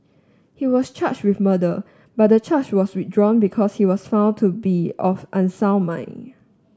he was charged with murder but the charge was withdrawn because he was found to be of unsound mind